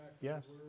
Yes